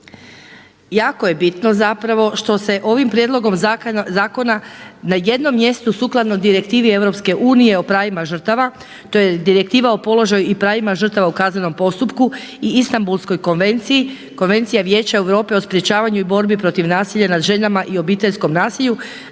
Jako je bitno što se ovim prijedlogom zakona na jednom mjestu sukladno direktivi EU o pravima žrtava, to je Direktiva o položaju i pravima žrtava u kaznenom postupku i Istambulskoj konvenciji, Konvencija Vijeća Europe o sprečavanju i borbi protiv nasilja nad ženama i obiteljskom nasilju